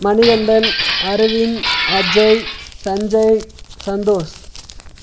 Manikandan Aravind Ajay Sanjay Santhosh